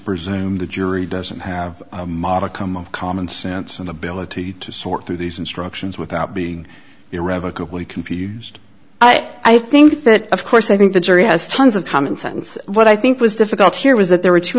presume the jury doesn't have a modicum of common sense and ability to sort through these instructions without being irrevocably confused i think that of course i think the jury has tons of common sense what i think was difficult here was that there were two